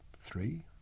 three